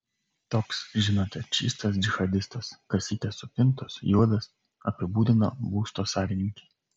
toks žinote čystas džihadistas kasytės supintos juodas apibūdino būsto savininkė